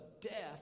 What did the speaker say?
death